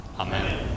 Amen